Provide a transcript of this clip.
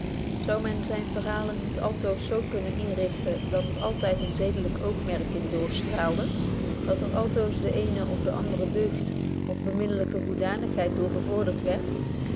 men zyne verhalen niet altoos z kunnen inrichten dat er altyd een zedelyk oogmerk in doorstraalde dat er altoos de eene of andere deugd of beminlyke hoedanigheid door bevorderd wierdt